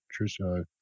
Trisha